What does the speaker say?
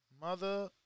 Mother